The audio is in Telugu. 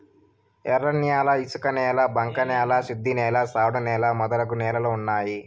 ఎర్రన్యాల ఇసుకనేల బంక న్యాల శుద్ధనేల సౌడు నేల మొదలగు నేలలు ఉన్నాయి